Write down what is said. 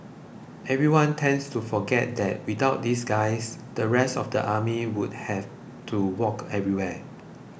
everyone tends to forget that without these guys the rest of the army would have to walk everywhere